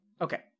okay